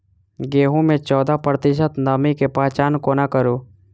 गेंहूँ मे चौदह प्रतिशत नमी केँ पहचान कोना करू?